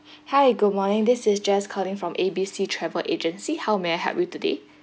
hi good morning this is jess calling from A B C travel agency how may I help you today